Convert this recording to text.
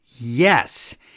Yes